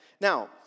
Now